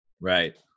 Right